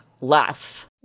less